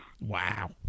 Wow